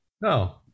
No